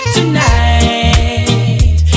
Tonight